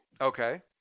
okay